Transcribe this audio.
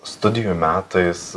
studijų metais